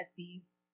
Etsy's